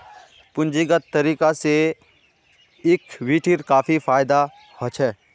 पूंजीगत तरीका से इक्विटीर काफी फायेदा होछे